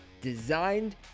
designed